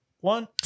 one